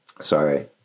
sorry